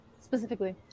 specifically